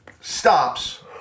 stops